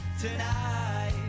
tonight